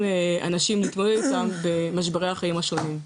אנשים להתמודד איתם במשברי החיים השונים.